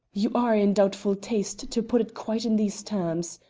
you are in doubtful taste to put it quite in these terms,